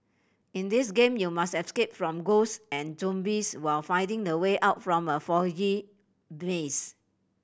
in this game you must escape from ghosts and zombies while finding the way out from a foggy maze